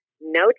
no